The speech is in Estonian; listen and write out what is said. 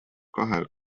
kahel